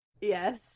Yes